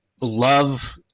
love